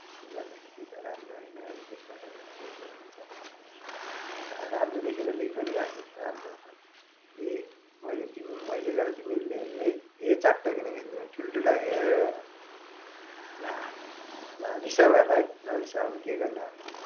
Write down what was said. त्यसले गर्दाखरि त्यो त राम्रो होइन है त्यसबाट पोइजन हुन्छ अन्त राम्रो देखेर ल्याएको नि अब राम्रो भनेर ए मैले पनि तिमी मैले गर्दा तिमीले ल्यायौ है ए चारवटा किनेको थियो तिमीले ठुल्ठुलो ए ला ला रिसायौ होला है नरिसाऊ अब के गर्नु अब